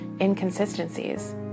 inconsistencies